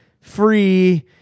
free